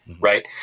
right